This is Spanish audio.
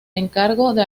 encargo